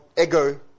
ego